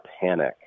panic